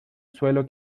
suelo